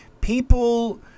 people